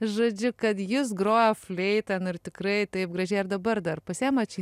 žodžiu kad jis grojo fleita nu ir tikrai taip gražiai ar dabar dar pasiemat šį